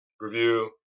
review